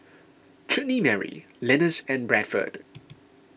Chutney Mary Lenas and Bradford